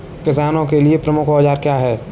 किसानों के लिए प्रमुख औजार क्या हैं?